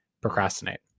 procrastinate